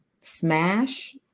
smash